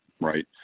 right